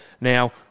Now